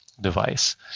device